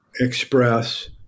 express